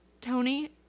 tony